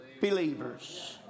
Believers